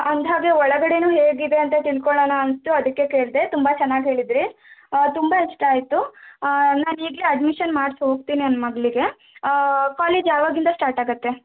ಅಂದಾಗೆ ಒಳಗಡೆನೂ ಹೇಗಿದೆ ಅಂತ ತಿಳ್ಕೊಳ್ಳೋಣ ಅನಿಸ್ತು ಅದಕ್ಕೆ ಕೇಳಿದೆ ತುಂಬ ಚೆನ್ನಾಗಿ ಹೇಳಿದಿರಿ ತುಂಬ ಇಷ್ಟ ಆಯಿತು ನಾನು ಈಗಲೇ ಅಡ್ಮಿಷನ್ ಮಾಡ್ಸಿ ಹೋಗ್ತೀನಿ ನನ್ನ ಮಗಳಿಗೆ ಕಾಲೇಜ್ ಯಾವಾಗಿಂದ ಸ್ಟಾರ್ಟ್ ಆಗುತ್ತೆ